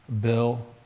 Bill